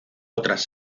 otras